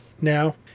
now